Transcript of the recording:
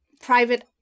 private